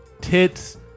tits